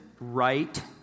right